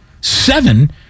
Seven